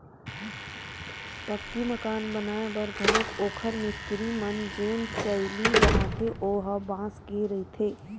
पक्की मकान बनाए बर घलोक ओखर मिस्तिरी मन जेन चइली बनाथे ओ ह बांस के रहिथे